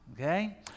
Okay